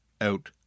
Out